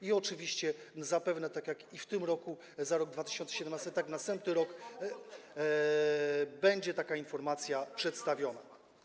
I oczywiście zapewne jak w tym roku za rok 2017, tak w następnym roku będzie taka informacja przedstawiona.